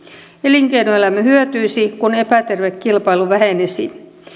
elinkeinoelämä hyötyisi kun epäterve kilpailu vähenisi